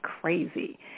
crazy